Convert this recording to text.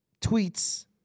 tweets